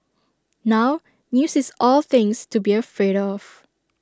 now news is all things to be afraid of